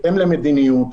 בהתאם למדיניות,